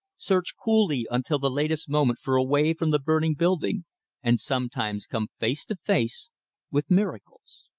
search coolly until the latest moment for a way from the burning building and sometimes come face to face with miracles.